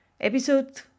Episode